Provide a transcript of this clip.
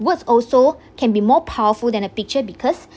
words also can be more powerful than a picture because